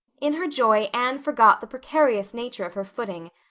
in her joy anne forgot the precarious nature of her footing,